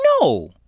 No